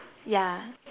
yeah